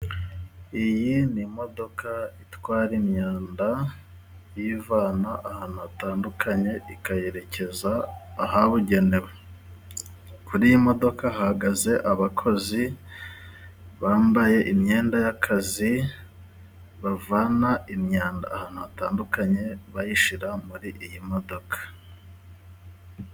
Iyi ni imodoka itwara imyanda iyivana ahantu hatandukanye ikayerekeza ahabugenewe. Kuri iyi modoka hahagaze abakozi bambaye imyenda y'akazi bavana imyanda ahantu hatandukanye bayishira muri iyi modoka.